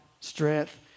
strength